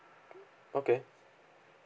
okay